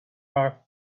powerful